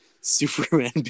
Superman